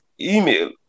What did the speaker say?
email